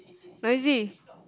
noisy